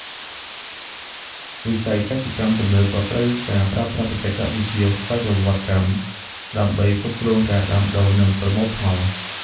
វិស័យកសិកម្មទំនើបក៏ត្រូវការប្រើប្រាស់បច្ចេកវិទ្យាស្វ័យប្រវត្តិកម្មដើម្បីគ្រប់គ្រងការដាំដុះនិងប្រមូលផល។